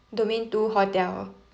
domain two hotel